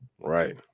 right